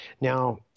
Now